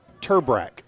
Turbrack